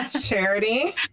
charity